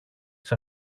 της